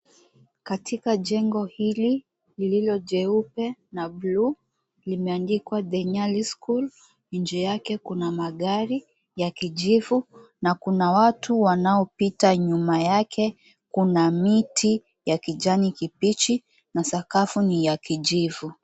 Katika jengo hili lililo jeupe na bluu limeandikwa The Nyali School. Nje yake kuna magari ya kijivu na kuna watu wanaopita. Nyuma yake kuna miti ya kijani kibichi na sakafu ni ya kijivu.